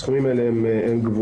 הסכומים האלה הם גבוהים.